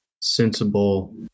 sensible